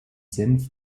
senf